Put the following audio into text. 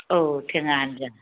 औ थेङा आन्जा